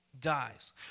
dies